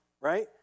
right